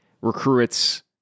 recruits